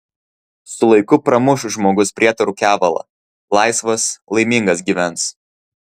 su laiku pramuš žmogus prietarų kevalą laisvas laimingas gyvens